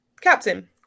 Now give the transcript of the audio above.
Captain